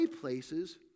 places